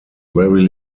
very